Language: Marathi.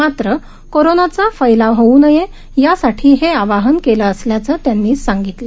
मात्र कोरोनाचा फैलाव होऊ नये यासाठी हे आवाहन केलं असल्याचं त्यांनी सांगितलं